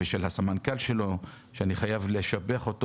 של הסמנכ"ל שלו נאיף הנו שאני חייב לשבח אותו